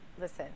Listen